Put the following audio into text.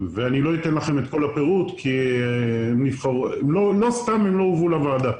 ואני לא אתן לכם את כל הפירוט אבל לא סתם הם לא הובאו לוועדה.